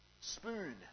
Spoon